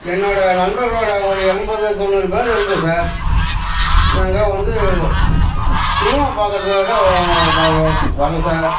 என்னோடய நண்பர்களோட ஒரு எண்பது தொண்ணூறு பேரு இருக்கோம் சார் நாங்கள் வந்து சினிமா பார்க்கறதுக்காக வரோம் நாங்கள் வரோம் சார்